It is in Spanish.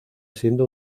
siendo